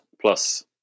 plus